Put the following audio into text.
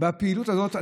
בפעילות הזאת,